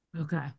Okay